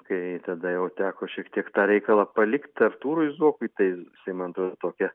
kai tada jau teko šiek tiek tą reikalą palikt artūrui zuokui tai jisai man atrodo tokią